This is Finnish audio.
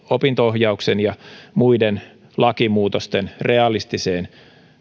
opinto ohjauksen ja muiden lakimuutosten realistiseen